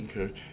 Okay